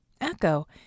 Echo